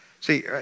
See